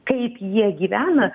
kaip jie gyvena